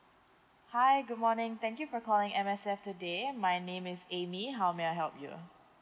hi good morning thank you for calling M_S_F today my name is amy how may I help you